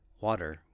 Water